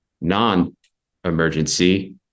non-emergency